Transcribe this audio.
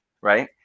right